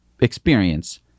experience